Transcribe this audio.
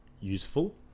useful